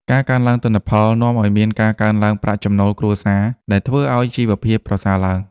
ការកើនឡើងទិន្នផលនាំឱ្យមានការកើនឡើងប្រាក់ចំណូលគ្រួសារ ដែលធ្វើឱ្យជីវភាពប្រសើរឡើង។